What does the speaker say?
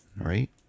right